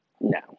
No